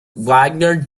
wagner